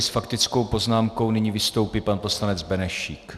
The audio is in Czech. S faktickou poznámkou nyní vystoupí pan poslanec Benešík.